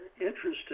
interesting